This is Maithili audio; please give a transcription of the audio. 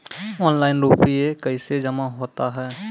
ऑनलाइन रुपये कैसे जमा होता हैं?